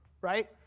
right